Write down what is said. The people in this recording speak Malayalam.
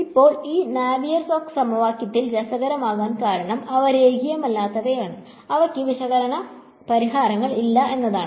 ഇപ്പോൾ ഈ നാവിയർ സ്റ്റോക്സ് സമവാക്യത്തെ രസകരമാക്കാൻ കാരണം അവ രേഖീയമല്ലാത്തവയാണ് അവയ്ക്ക് വിശകലന പരിഹാരങ്ങൾ ഇല്ല എന്നതാണ്